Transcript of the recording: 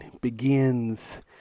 begins